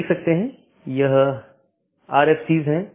आप देख सकते हैं यह आर एफ सी हैं